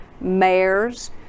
mayors